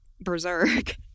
berserk